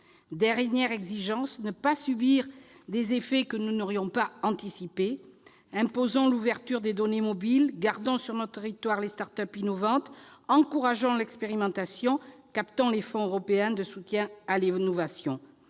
Dernière exigence : ne pas subir des effets que nous n'aurions pas anticipés. Imposons l'ouverture des données mobiles, gardons sur notre territoire les start-up innovantes, encourageons l'expérimentation et captons les fonds européens de soutien à l'innovation.